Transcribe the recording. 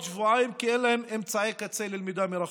שבועיים כי אין להם אמצעי קצה ללמידה מרחוק.